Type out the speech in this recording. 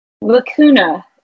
Lacuna